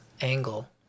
angle